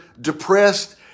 depressed